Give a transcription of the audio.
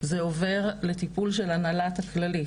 זה עובר לטיפול של הנהלת הכללית,